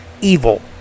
Evil